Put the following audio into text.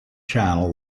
channel